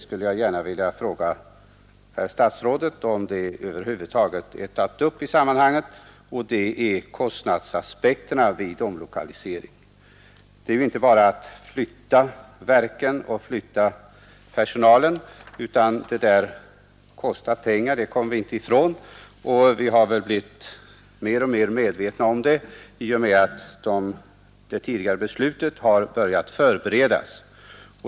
Något som jag saknar i svaret är kostnadsaspekterna vid en omlokalisering, och jag vill gärna fråga herr statsrådet om dessa över huvud tagits upp i sammanhanget. Att flytta verken och att flytta personalen kostar pengar — det kommer vi inte ifrån —, och vi har väl blivit mer och mer medvetna om det i och med att verkställandet av det tidigare beslutet har börjat förberedas.